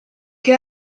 che